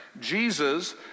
Jesus